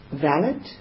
valid